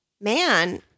man